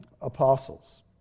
apostles